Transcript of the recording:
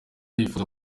yifuza